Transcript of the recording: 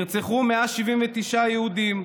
נרצחו 179 יהודים,